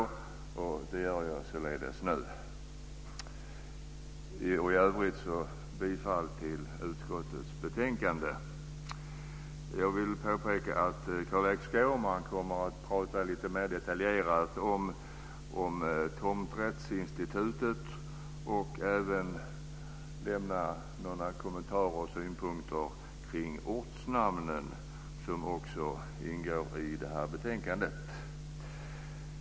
I övrigt yrkar jag bifall till utskottets hemställan. Carl-Erik Skårman kommer att tala lite mer detaljerat om tomträttsinstitutet och kommer även att föra fram några kommentarer och synpunkter i frågan om ortnamnsskydd, som också behandlas i detta betänkandet.